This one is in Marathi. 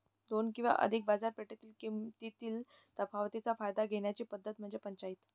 दोन किंवा अधिक बाजारपेठेतील किमतीतील तफावतीचा फायदा घेण्याची पद्धत म्हणजे पंचाईत